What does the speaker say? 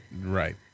Right